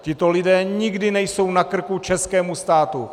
Tito lidé nikdy nejsou na krku českému státu.